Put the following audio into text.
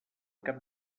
cap